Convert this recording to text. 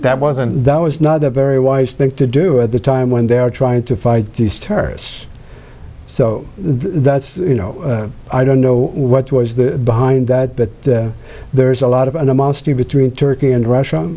that wasn't that was not a very wise thing to do at the time when they're trying to fight these terrorists so that's you know i don't know what was the behind that there's a lot of animosity between turkey and russia